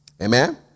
Amen